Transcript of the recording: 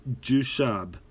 Jushab